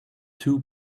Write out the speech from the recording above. two